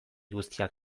guztiak